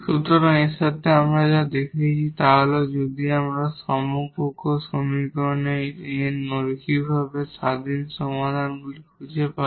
সুতরাং এর সাথে এখন আমরা যা দেখেছি তা হল যদি আমরা হোমোজিনিয়াস সমীকরণের এই n লিনিয়ারভাবে ইন্ডিপেন্ডেট সমাধানগুলি খুঁজে পাই